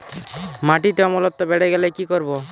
মাটিতে অম্লত্ব বেড়েগেলে কি করব?